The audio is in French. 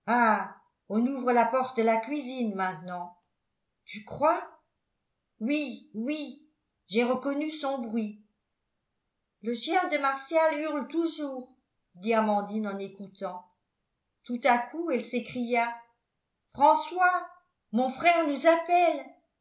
on ouvre la porte de la cuisine maintenant tu crois oui oui j'ai reconnu son bruit le chien de martial hurle toujours dit amandine en écoutant tout à coup elle s'écria françois mon frère nous appelle